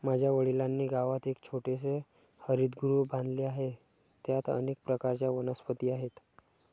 माझ्या वडिलांनी गावात एक छोटेसे हरितगृह बांधले आहे, त्यात अनेक प्रकारच्या वनस्पती आहेत